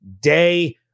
Day